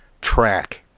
track